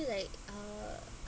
feel like uh